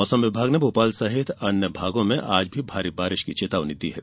मौसम विभाग ने भोपाल सहित अन्य भागों में आज भी भारी बारिश की चेतावनी दी है